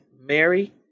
Mary